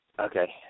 okay